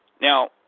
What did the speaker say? now